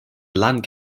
land